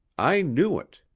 i knew it.